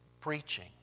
preaching